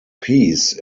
piece